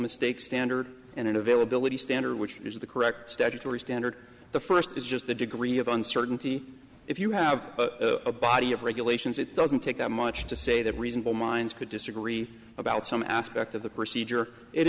mistake standard and availability standard which is the correct statutory standard the first is just the degree of uncertainty if you have a body of regulations it doesn't take that much to say that reasonable minds could disagree about some aspect of the procedure it